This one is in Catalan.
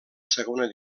segona